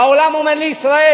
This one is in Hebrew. והעולם אומר לישראל: